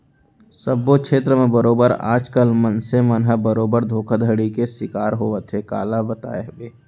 सब्बो छेत्र म बरोबर आज कल मनसे मन ह बरोबर धोखाघड़ी के सिकार होवत हे काला बताबे